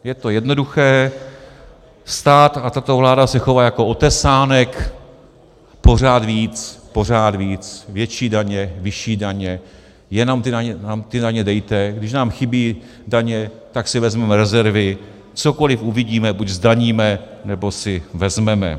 Je to jednoduché: stát a tato vláda se chová jako otesánek, pořád víc, pořád víc, větší daně, vyšší daně, jenom nám ty daně dejte, když nám chybí daně, tak si vezmeme rezervy, cokoliv uvidíme, buď zdaníme, nebo si vezmeme.